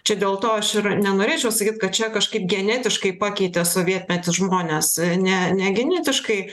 čia dėl to aš ir nenorėčiau sakyt kad čia kažkaip genetiškai pakeitė sovietmetį žmonės ne ne genetiškai